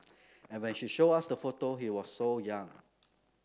and when she showed us the photo he was so young